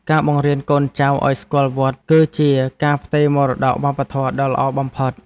ការបង្រៀនកូនចៅឱ្យស្គាល់វត្ត គឺជាការផ្ទេរមរតកវប្បធម៌ដ៏ល្អបំផុត។